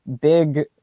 big